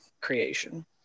creation